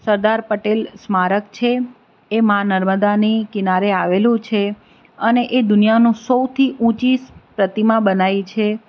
સરદાર પટેલ સ્મારક છે એમાં નર્મદાની કિનારે આવેલું છે અને એ દુનિયાનું સૌથી ઊંચી પ્રતિમા બનાવી છે